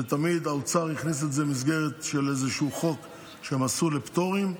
ותמיד האוצר הכניס את זה במסגרת איזשהו חוק שהם עשו לפטורים.